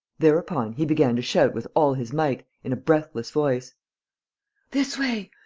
thereupon he began to shout with all his might, in a breathless voice this way.